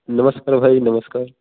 नमस्कार भाई नमस्कार